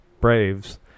Braves